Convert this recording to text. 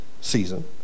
season